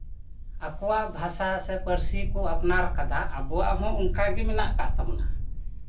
ᱟᱠᱚᱣᱟᱜ ᱵᱷᱟᱥᱟ ᱥᱮ ᱯᱟᱹᱨᱥᱤ ᱠᱚ ᱟᱯᱱᱟᱨ ᱟᱠᱟᱫᱟ ᱟᱵᱚᱣᱟᱜ ᱦᱚᱸ ᱚᱱᱠᱟᱜᱮ ᱢᱮᱱᱟᱜ ᱟᱠᱟᱫ ᱛᱟᱵᱚᱱᱟ